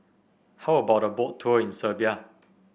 how about a Boat Tour in Serbia